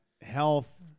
health